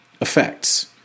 effects